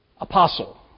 Apostle